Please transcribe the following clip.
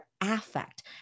affect